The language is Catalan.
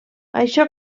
això